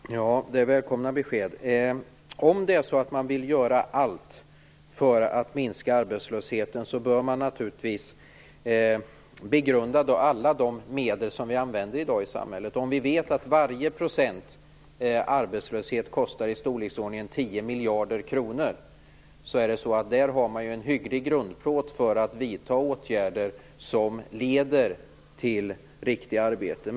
Herr talman! Det är välkomna besked. Om man vill göra allt för att minska arbetslösheten bör man naturligtvis begrunda alla de medel som i dag används i samhället. Vi vet att varje procent arbetslöshet kostar i storleksordningen 10 miljarder kronor. Då har man ju en hygglig grundplåt för att vidta åtgärder som leder till riktiga arbeten.